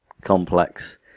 complex